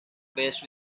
best